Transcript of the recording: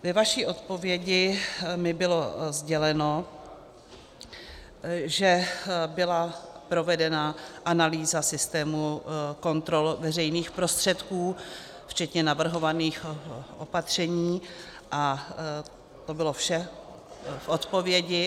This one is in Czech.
Ve vaší odpovědi mi bylo sděleno, že byla provedena analýza systému kontrol veřejných prostředků včetně navrhovaných opatření a to bylo vše v odpovědi.